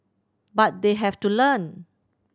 but they have to learn